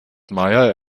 meier